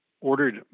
ordered